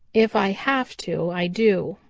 if i have to i do,